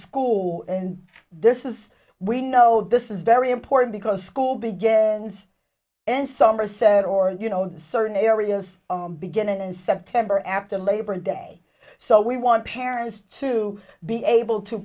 school and this is we know this is very important because school began in somerset or you know in the certain areas begin in september after labor day so we want parents to be able to